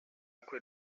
acque